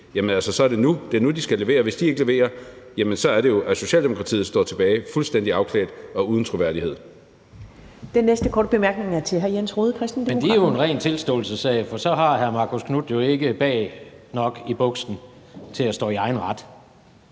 side, så er det nu, de skal levere. Hvis de ikke leverer, jamen så er det jo, at Socialdemokratiet står tilbage fuldstændig afklædt og uden troværdighed.